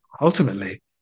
ultimately